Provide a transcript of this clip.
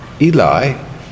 Eli